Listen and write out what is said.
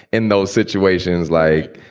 in those situations, like,